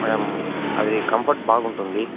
madam అది comfort బాగుంటుంది